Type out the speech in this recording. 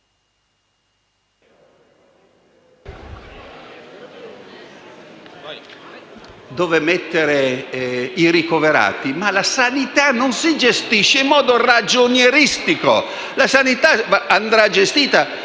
dove mettere i ricoverati Ma la sanità non si gestisce in modo ragionieristico, la sanità va gestita